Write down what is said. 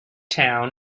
town